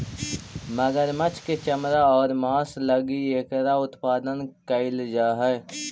मगरमच्छ के चमड़ा आउ मांस लगी एकरा उत्पादन कैल जा हइ